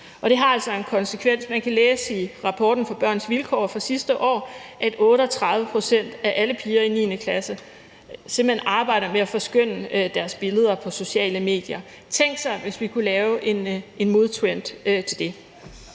det har altså en konsekvens. Man kan læse i rapporten fra Børns Vilkår fra sidste år, at 38 pct. af alle piger i 9. klasse simpelt hen arbejder med at forskønne deres billeder på sociale medier. Tænk sig, hvis vi kunne lave en modtrend til det.